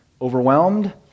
Overwhelmed